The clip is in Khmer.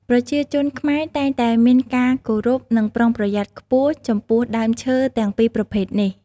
ប្រជាជនខ្មែរតែងតែមានការគោរព និងប្រុងប្រយ័ត្នខ្ពស់ចំពោះដើមឈើទាំងពីរប្រភេទនេះ។